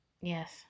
Yes